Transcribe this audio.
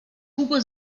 hugo